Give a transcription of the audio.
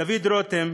דוד רותם,